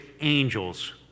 angels